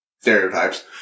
stereotypes